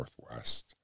Northwest